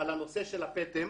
הנושא של הפטם,